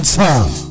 time